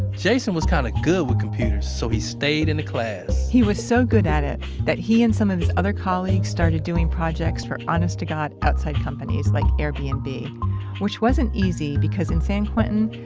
jason was kind of good with computers, so he stayed in the class he was so good at it that he and some of his other colleagues started doing projects for honest to god outside companies like airbnb, which wasn't easy because in san quentin,